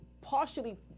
partially